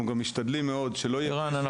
אנחנו גם משתדלים מאוד שלא יהיה -- ערן,